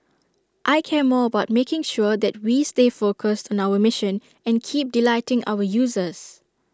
I care more about making sure that we stay focused on our mission and keep delighting our users